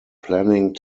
planning